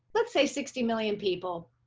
let's say sixty million people,